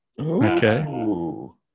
okay